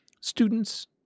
students